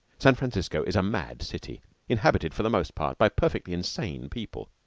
san francisco is a mad city inhabited for the most part by perfectly insane people,